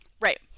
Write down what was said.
Right